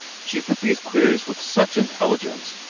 she put these queries with such intelligence,